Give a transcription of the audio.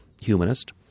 humanist